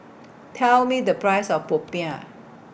Tell Me The Price of Popiah